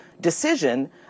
decision